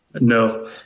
No